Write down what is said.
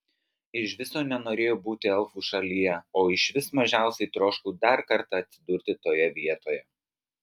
iš viso nenorėjau būti elfų šalyje o užvis mažiausiai troškau dar kartą atsidurti toje vietoje